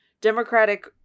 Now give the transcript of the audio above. democratic